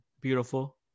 Beautiful